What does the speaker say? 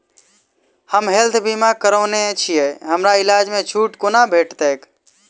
हम हेल्थ बीमा करौने छीयै हमरा इलाज मे छुट कोना भेटतैक?